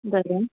बरें